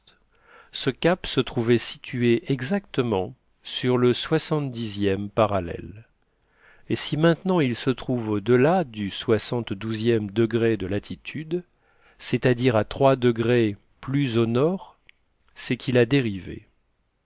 ce cap se trouvait situé exactement sur le soixantedixième parallèle et si maintenant il se trouve au-delà du soixante douzième degré de latitude c'est-à-dire à trois degrés plus au nord c'est qu'il a dérivé